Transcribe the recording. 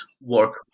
work